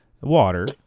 Water